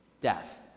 death